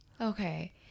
okay